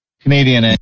Canadian